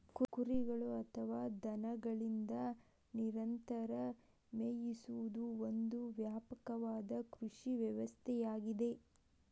ಕುರಿಗಳು ಅಥವಾ ದನಗಳಿಂದ ನಿರಂತರ ಮೇಯಿಸುವುದು ಒಂದು ವ್ಯಾಪಕವಾದ ಕೃಷಿ ವ್ಯವಸ್ಥೆಯಾಗಿದೆ